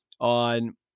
on